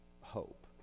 hope